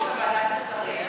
ולגבי החוק בוועדת השרים?